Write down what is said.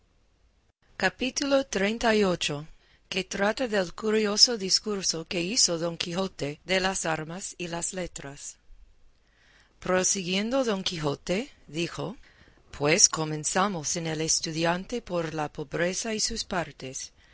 capítulo xxxviii que trata del curioso discurso que hizo don quijote de las armas y las letras prosiguiendo don quijote dijo pues comenzamos en el estudiante por la pobreza y sus partes